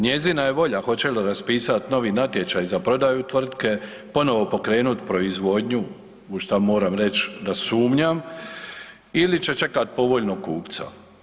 Njezina je volja hoće li raspisat novi natječaj za prodaju tvrtke, ponovo pokrenut proizvodnju, u šta moram reć da sumnjam ili će čekat povoljnog kupca.